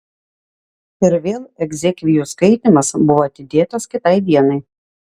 ir vėl egzekvijų skaitymas buvo atidėtas kitai dienai